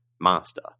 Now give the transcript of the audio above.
master